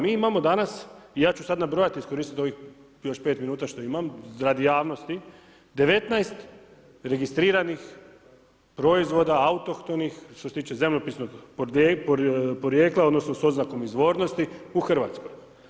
Mi imamo danas i ja ću sada nabrojati i iskoristiti ovih još 5 min što imam, radi javnosti, 19 registriranih proizvoda, autohtonih, što se tiče zemljopisnog podrijetla, odnosno s oznakom izvornosti u Hrvatskoj.